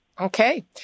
Okay